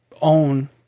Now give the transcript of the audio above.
own